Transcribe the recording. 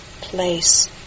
place